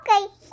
Okay